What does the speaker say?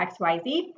XYZ